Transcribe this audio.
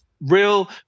Real